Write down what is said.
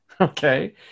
okay